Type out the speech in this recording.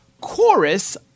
Chorus